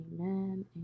amen